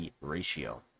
ratio